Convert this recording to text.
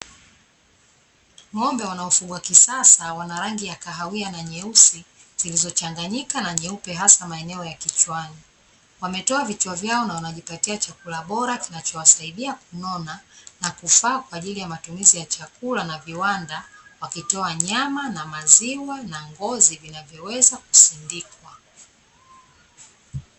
Ng'ombe wanaofugwa kisasa wana rangi ya kahawia na nyeusi zilizochanganyika na nyeupe hasa maeneo ya kichwani. Wametoa vichwa vyao na wanajipatia chakula bora kinachowasaidia kunona na kufaa kwa ajili ya matumizi ya chakula na viwanda wakitoa nyama na maziwa na ngozi vinavyoweza kusindikwa.